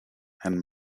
and